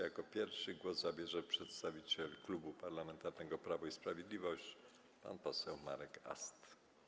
Jako pierwszy głos zabierze przedstawiciel Klubu Parlamentarnego Prawo i Sprawiedliwość pan poseł Marek Ast.